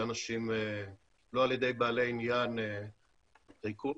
לא על ידי בעלי עניין טייקונים.